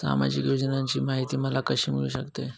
सामाजिक योजनांची माहिती मला कशी मिळू शकते?